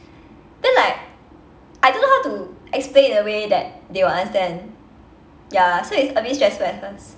then like I don't know how to explain in a way that they will understand ya so it's a bit stressful at first